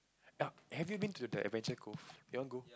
have you been to the Adventure Cove you want go